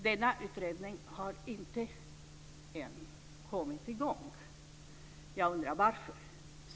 Denna utredning har ännu inte kommit i gång. Jag undrar varför.